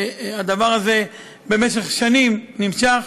והדבר הזה במשך שנים נמשך.